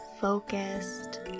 focused